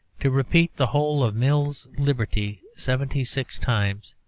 to repeat the whole of mill's liberty seventy-six times,